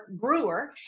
Brewer